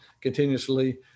continuously